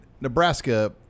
Nebraska